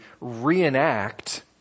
reenact